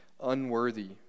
unworthy